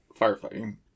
firefighting